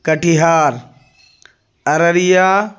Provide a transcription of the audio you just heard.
Katihar Araria